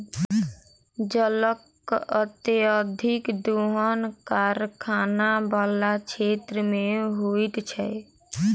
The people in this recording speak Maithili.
जलक अत्यधिक दोहन कारखाना बला क्षेत्र मे होइत छै